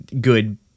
good